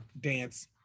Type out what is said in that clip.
dance